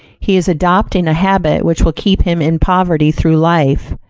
he is adopting a habit which will keep him in poverty through life.